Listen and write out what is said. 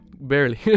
Barely